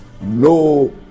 no